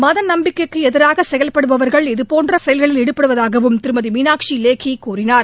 மத நம்பிக்கைக்கு எதிராக செயல்படுபவர்கள் இது போன்ற செயல்களில் ஈடுபடுவதாகவும் திருமதி மீனாட்சி லேகி கூறினார்